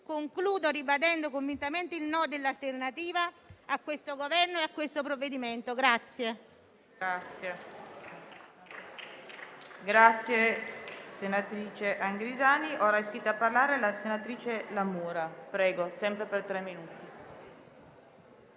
Concludo, ribadendo convintamente il no di Alternativa c'è a questo Governo e a questo provvedimento.